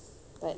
mm